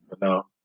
no